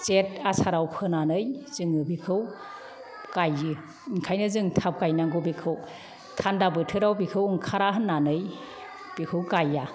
जेत आसाराव फोनानै जोङो बेखौ गाइयो ओंखायनो जों थाब गायनांगौ बेखौ थान्दा बोथोराव बेखौ ओंखारा होन्नानै बेखौ गाइया